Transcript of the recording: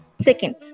Second